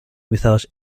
without